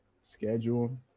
schedule